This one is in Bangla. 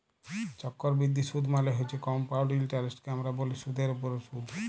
চক্করবিদ্ধি সুদ মালে হছে কমপাউল্ড ইলটারেস্টকে আমরা ব্যলি সুদের উপরে সুদ